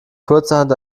kurzerhand